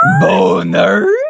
BONER